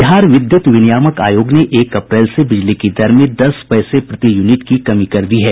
बिहार विद्युत विनियामक आयोग ने एक अप्रैल से बिजली की दर में दस पैसे प्रति यूनिट की कमी कर दी है